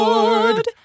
Lord